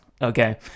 okay